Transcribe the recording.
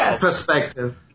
perspective